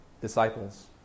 disciples